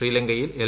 ശ്രീലങ്കയിൽ എൽ